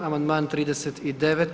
Amandman 39.